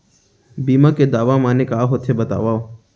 बीमा के दावा माने का होथे बतावव?